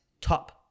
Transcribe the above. top